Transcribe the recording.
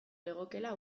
legokeela